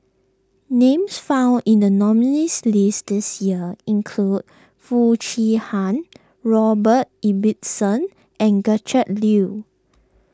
names found in the nominees' list this year include Foo Chee Han Robert Ibbetson and Gretchen Liu